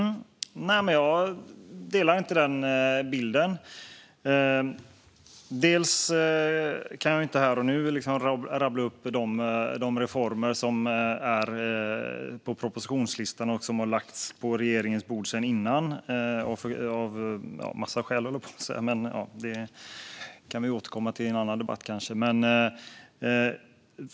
Fru talman! Jag delar inte den bilden. Jag kan inte stå här och nu och rabbla upp de reformer som finns på propositionslistan och som har lagts på riksdagens bord redan tidigare - och detta av en massa skäl, höll jag på att säga. Vi kanske kan återkomma till det i en annan debatt.